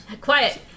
Quiet